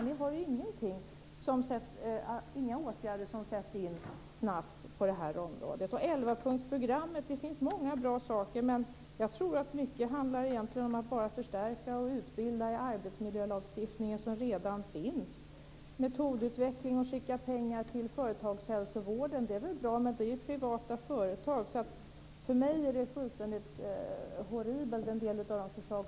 Ni har inga åtgärder att sätta in snabbt på det här området. Det finns många bra saker i elvapunktsprogrammet. Men jag tror att mycket egentligen handlar om att bara förstärka och utbilda i arbetsmiljölagstiftningen som redan finns. Metodutveckling och att skicka pengar till företagshälsovården är väl bra, men det är ju privata företag. För mig är en del av förslagen helt horribla.